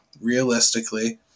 realistically